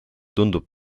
tundub